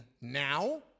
now